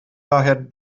daher